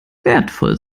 wertvoll